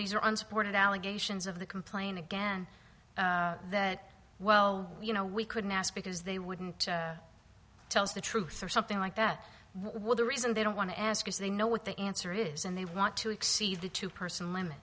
these are unsupported allegations of the complain again that well you know we couldn't ask because they wouldn't tell us the truth or something like that what the reason they don't want to ask is they know what the answer is and they want to exceed the two person